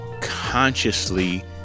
consciously